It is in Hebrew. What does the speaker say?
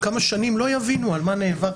עוד כמה שנים לא יבינו על מה נאבקנו,